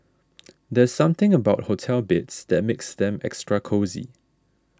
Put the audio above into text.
there's something about hotel beds that makes them extra cosy